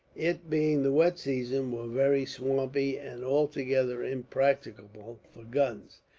it being the wet season, were very swampy, and altogether impracticable for guns.